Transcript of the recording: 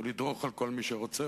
ולדרוך על כל מי שרוצה,